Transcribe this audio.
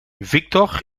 victor